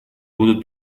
будут